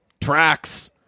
tracks